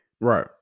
Right